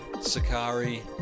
Sakari